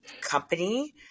company